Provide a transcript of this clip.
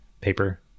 paper